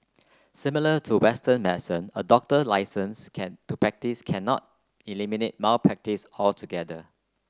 similar to Western medicine a doctor licence can to practise cannot eliminate malpractice altogether